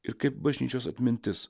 ir kaip bažnyčios atmintis